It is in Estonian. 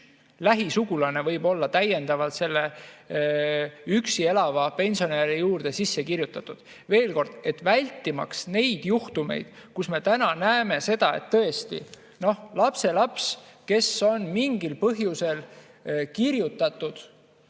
lähisugulane võib olla täiendavalt selle üksi elava pensionäri juurde sisse kirjutatud. Veel kord, vältimaks neid juhtumeid, kus me näeme seda, et tõesti, lapselaps on mingil põhjusel sisse kirjutatud